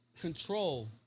control